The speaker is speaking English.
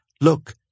Look